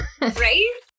Right